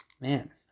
Man